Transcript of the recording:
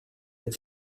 être